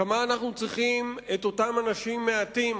כמה אנחנו צריכים את אותם אנשים מעטים,